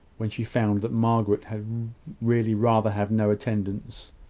when she found that margaret had really rather have no attendance.